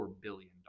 billion